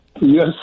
Yes